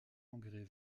engrais